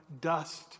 Dust